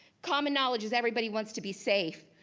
common knowledge is everybody wants to be safe.